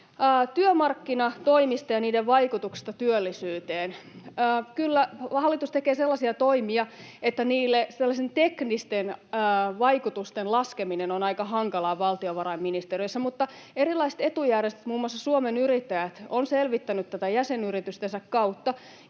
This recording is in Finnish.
Työmarkkinatoimista ja niiden vaikutuksista työllisyyteen: Kyllä hallitus tekee sellaisia toimia, että niille teknisten vaikutusten laskeminen on aika hankalaa valtiovarainministeriössä, mutta erilaiset etujärjestöt, muun muassa Suomen Yrittäjät, ovat selvittäneet tätä jäsenyritystensä kautta,